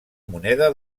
moneda